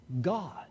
God